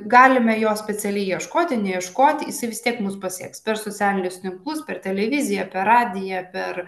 galime jo specialiai ieškoti neieškoti jis vis tiek mus pasieks per socialinius tinklus per televiziją per radiją per